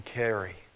carry